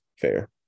fair